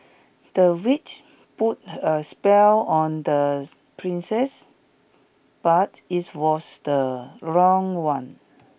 the witch put a spell on the princess but it was the wrong one